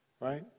right